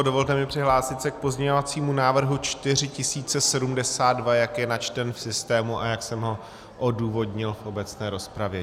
Dovolte mi přihlásit se k pozměňovacímu návrhu 4072, jak je načten v systému a jak jsem ho odůvodnil v obecné rozpravě.